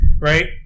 Right